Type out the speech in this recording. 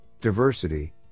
diversity